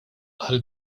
għall